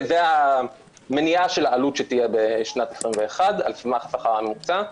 זאת מניעה של העלות שתהיה בשנת 2021 על סמך השכר הממוצע.